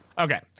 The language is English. Okay